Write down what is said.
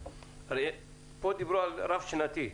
דיברו פה על רף שנתי.